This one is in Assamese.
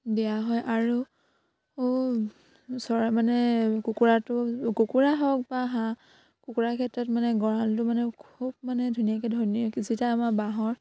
দিয়া হয় আৰু চৰাই মানে কুকুৰাটো কুকুৰা হওক বা হাঁহ কুকুৰা ক্ষেত্ৰত মানে গঁড়ালটো মানে খুব মানে ধুনীয়াকে আমাৰ বাঁহৰ